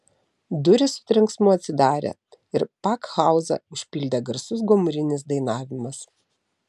durys su trenksmu atsidarė ir pakhauzą užpildė garsus gomurinis dainavimas